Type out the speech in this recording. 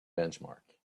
benchmark